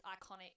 iconic